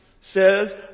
says